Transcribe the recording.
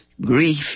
grief